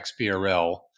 xbrl